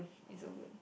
it's so good